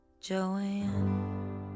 Joanne